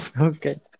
Okay